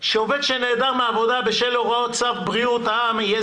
שעובד שנעדר מעבודה בשל הוראות צו בריאות העם יהיה